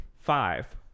Five